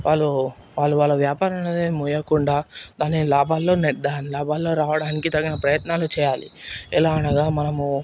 వాళ్ళు వాళ్ళ వాళ్ళ వ్యాపారం అనేది మూయకుండా దాన్ని లాభాల్లోనే దాన్ని లాభాల్లో రావడానికి తగిన ప్రయత్నాలు చేయాలి ఎలా అనగా మనము